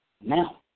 now